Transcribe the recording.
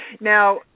Now